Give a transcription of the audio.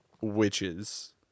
witches